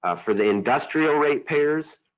ah for the industrial rate payers,